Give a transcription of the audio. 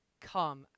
Come